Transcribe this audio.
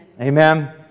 Amen